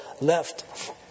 left